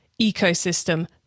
ecosystem